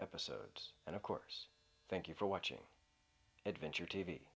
episodes and of course thank you for watching adventure t